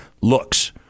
looks